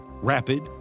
Rapid